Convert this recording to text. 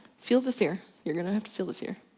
feel the fear, you're gonna have to feel the fear,